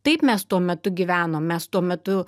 taip mes tuo metu gyvenom mes tuo metu